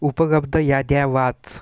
उपगब्ध याद्या वाच